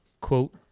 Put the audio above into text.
quote